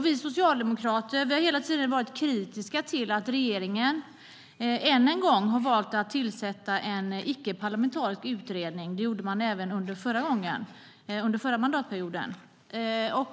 Vi socialdemokrater har hela tiden varit kritiska till att regeringen än en gång har valt att tillsätta en icke-parlamentarisk utredning - det gjorde man även förra mandatperioden.